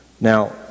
Now